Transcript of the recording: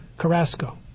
Carrasco